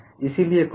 इसलिए कौन सा